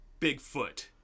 Bigfoot